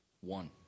One